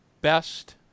best